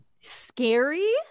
Scary